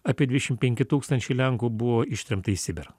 apie dvidešim penki tūkstančiai lenkų buvo ištremta į sibirą